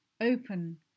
open